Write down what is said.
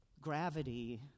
gravity